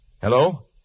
Hello